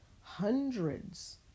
hundreds